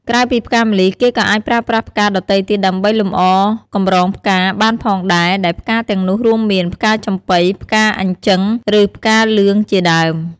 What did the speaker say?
ក្រៅពីផ្កាម្លិះ គេក៏អាចប្រើប្រាស់ផ្កាដទៃទៀតដើម្បីលម្អកម្រងផ្កាបានផងដែរ ដែលផ្កាទាំងនោះរួមមាន ផ្កាចំប៉ី ផ្កាអញ្ជឹង ឬផ្កាលឿងជាដើម។